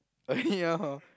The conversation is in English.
oh ya hor